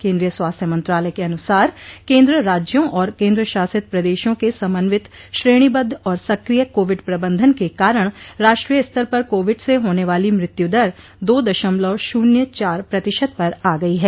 केंद्रीय स्वास्थ्य मंत्रालय के अनुसार केंद्र राज्यों और केन्द्रशासित प्रदेशों के समन्वित श्रेणीबद्ध और सक्रिय कोविड प्रबंधन के कारण राष्ट्रीय स्तर पर कोविड से होने वाली मृत्यु दर दो दशमलव शून्य चार प्रतिशत पर आ गई है